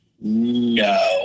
no